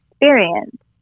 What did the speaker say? experience